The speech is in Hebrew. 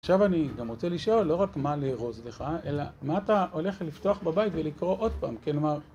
עכשיו אני גם רוצה לשאול, לא רק מה לארוז לך, אלא מה אתה הולך לפתוח בבית ולקרוא עוד פעם, כלומר...